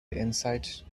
insight